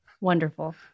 wonderful